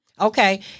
Okay